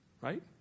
Right